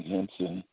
Henson